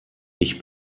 ich